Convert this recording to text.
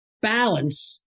balance